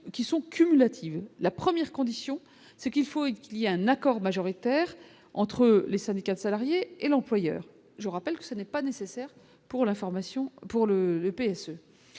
qui sont cumulatives la 1ère condition c'est qu'il faut-il qu'il y a un accord majoritaire entre les syndicats de salariés et l'employeur, je rappelle que ce n'est pas nécessaire pour